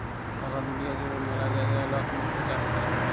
সারা দুলিয়া জুড়ে ম্যালা জায়গায় লক মুক্ত চাষ ক্যরে